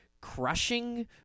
crushing